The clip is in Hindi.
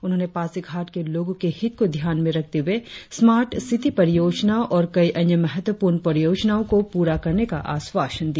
उन्होंने पासीघाट के लोगों के हित को ध्यान में रखते हुए स्मार्ट सीटी परियोजना और कई अन्य महत्वपूर्ण परियोजनाओं को पूरा करने का आश्वासन दिया